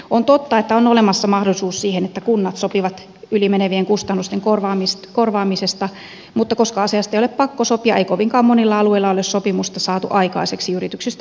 on totta että on olemassa mahdollisuus siihen että kunnat sopivat ylimenevien kustannusten korvaamisesta mutta koska asiasta ei ole pakko sopia ei kovinkaan monilla alueilla ole sopimusta saatu aikaiseksi yrityksistä huolimatta